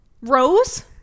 rose